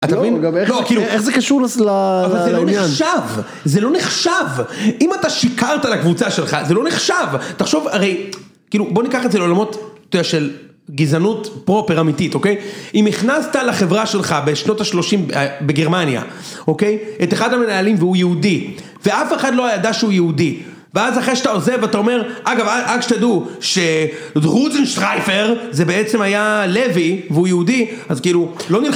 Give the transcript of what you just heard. אתה מבין? לא ואיך זה קשור לעניין? אבל זה לא נחשב! זה לא נחשב! אם אתה שיקרת על הקבוצה שלך, זה לא נחשב! תחשוב הרי, כאילו בוא ניקח את זה לעולמות של גזענות פרופר אמיתית אוקי, אם נכנסת לחברה שלך בשנות ה-30 בגרמניה אוקי, את אחד המנהלים והוא יהודי, ואף אחד לא ידע שהוא יהודי, ואז אחרי שאתה עוזב אתה אומר, אגב רק כשאתה ידעו שדרוזנשטרייפר זה בעצם היה לוי והוא יהודי אז כאילו, לא נרחב